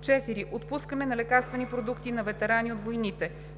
4. отпускане на лекарствени продукти на ветерани от войните;